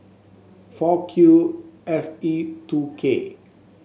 four Q F E two K